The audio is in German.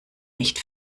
nicht